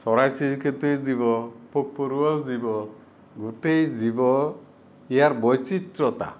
চৰাই চিৰিকটিও জীৱ পোক পৰুৱাও জীৱ গোটেই জীৱ ইয়াৰ বৈচিত্ৰতা